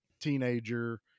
teenager